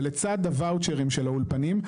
ולצד הוואוצ'רים של האולפנים,